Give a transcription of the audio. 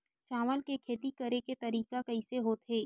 चावल के खेती करेके तरीका कइसे होथे?